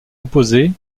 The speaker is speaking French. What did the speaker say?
opposée